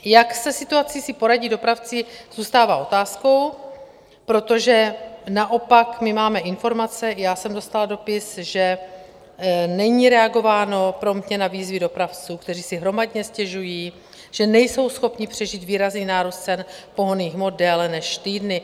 Jak si se situací poradí dopravci, zůstává otázkou, protože naopak my máme informace i já jsem dostala dopis že není reagováno promptně na výzvy dopravců, kteří si hromadně stěžují, že nejsou schopni přežít výrazný nárůst cen pohonných hmot déle než týdny.